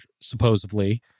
supposedly